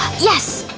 yes